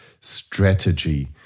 strategy